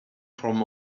from